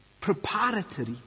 Preparatory